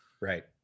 right